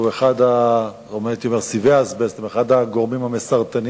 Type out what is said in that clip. או הייתי אומר סיבי האזבסט הם אחד הגורמים המסרטנים